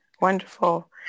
wonderful